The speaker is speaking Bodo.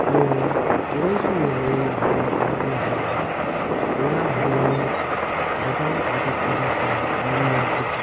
आङो उन्दै समनिफायनो ना हमनो बिराथ मोजां मोनो ना हमनायनि गोबां आदब खायदा दं आरो मुवाफोर दं